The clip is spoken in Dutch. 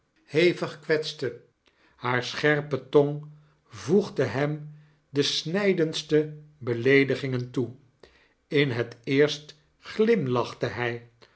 hevig kwetste hare scherpe tong voegde hem de snydendste beleedigingen toe in het eerst glimlachte hy